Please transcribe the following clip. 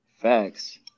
Facts